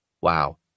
Wow